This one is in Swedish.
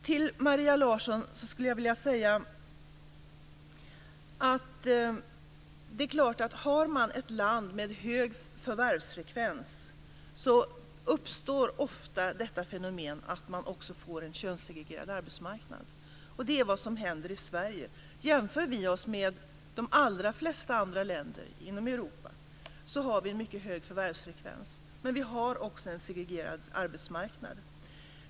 Till Maria Larsson skulle jag vilja säga att man i ett land med hög förvärvsfrekvens ofta får en könssegregerad arbetsmarknad. Det är vad som händer i Sverige. Jämför vi oss med de allra flesta andra länder inom Europa finner vi att vi har en mycket hög förvärvsfrekvens men också en segregerad arbetsmarknad.